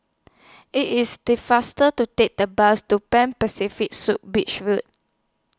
IT IS The faster to Take The Bus to Pan Pacific Suites Beach Road